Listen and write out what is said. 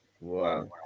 Wow